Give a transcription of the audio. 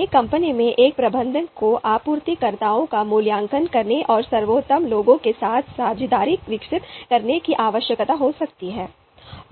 एक कंपनी में एक प्रबंधक को आपूर्तिकर्ताओं का मूल्यांकन करने और सर्वोत्तम लोगों के साथ साझेदारी विकसित करने की आवश्यकता हो सकती है